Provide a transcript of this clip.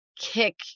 kick